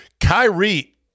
Kyrie